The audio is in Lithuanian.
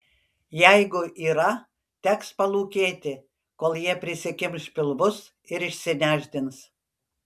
jeigu yra teks palūkėti kol jie prisikimš pilvus ir išsinešdins